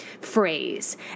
phrase